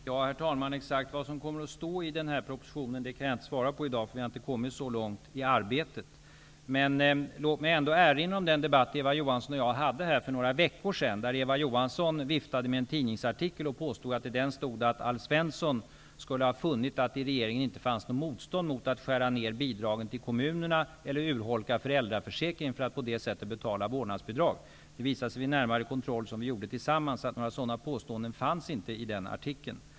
Herr talman! Jag kan i dag inte säga exakt vad som kommer att stå i propositionen. Vi har inte kommit så långt i arbetet. Låt mig erinra om den debatt Eva Johansson och jag hade här i kammaren för några veckor sedan. Eva Johansson viftade då med en tidningsartikel och påstod att Alf Svensson skulle ha funnit att det i regeringen inte fanns något motstånd mot att skära ned bidragen till kommunerna eller urholka föräldraförsäkringen för att på det sättet betala ett vårdnadsbidrag. Det visade sig vid närmare kontroll, som vi gjorde tillsammans, att några sådana påståenden inte fanns i den artikeln.